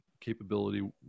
capability